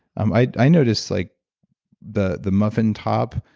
i noticed like the the muffin top,